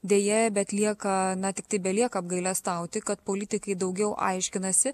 deja bet lieka tiktai belieka apgailestauti kad politikai daugiau aiškinasi